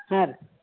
ಹಾಂ ರೀ